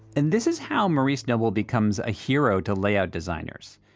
and this is how maurice noble becomes a hero to lay out designers.